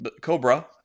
Cobra